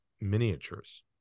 Miniatures